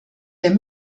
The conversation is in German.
der